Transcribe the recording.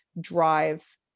drive